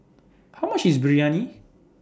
How much IS Biryani